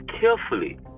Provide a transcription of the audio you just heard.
carefully